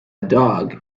dog